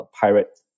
pirate